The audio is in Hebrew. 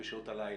בשעות הלילה.